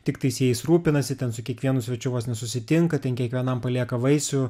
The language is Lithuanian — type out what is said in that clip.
tik teisėjais rūpinasi ten su kiekvienu svečiu vos nesusitinka ten kiekvienam palieka vaisių